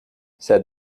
said